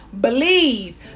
believe